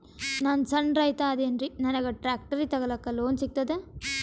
ನಾನ್ ಸಣ್ ರೈತ ಅದೇನೀರಿ ನನಗ ಟ್ಟ್ರ್ಯಾಕ್ಟರಿ ತಗಲಿಕ ಲೋನ್ ಸಿಗತದ?